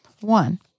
One